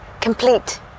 Complete